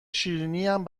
شیرینیم